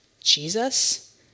Jesus